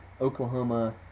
Oklahoma